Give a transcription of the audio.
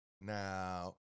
Now